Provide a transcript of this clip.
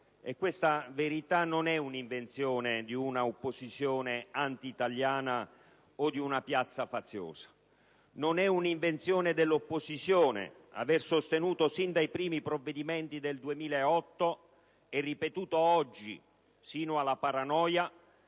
Questa verità non è un'invenzione di un'opposizione anti italiana o di una piazza faziosa, né è un'invenzione dell'opposizione aver sostenuto sin dai primi provvedimenti del 2008 - e ripetuto oggi sino alla paranoia